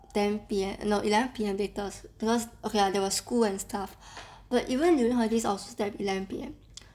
ten P_M no eleven P_M latest because okay lah there was school and stuff but even holidays I also stay up until eleven P_M